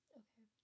okay